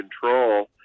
control